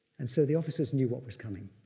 and so the officers knew what was coming,